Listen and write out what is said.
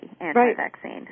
anti-vaccine